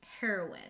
heroin